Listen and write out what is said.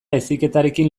heziketarekin